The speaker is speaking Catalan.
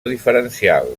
diferencial